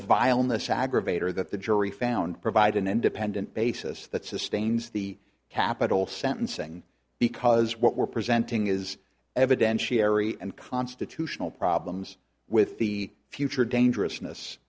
vileness aggravator that the jury found provide an independent basis that sustains the capital sentencing because what we're presenting is evidentiary and constitutional problems with the future dangerous